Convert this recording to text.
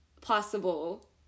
possible